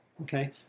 okay